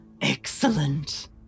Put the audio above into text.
excellent